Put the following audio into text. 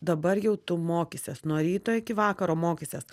dabar jau tu mokysies nuo ryto iki vakaro mokysies